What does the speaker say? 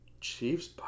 Chiefs